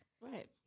right